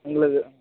உங்களுக்கு